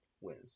wins